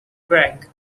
gregg